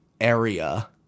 area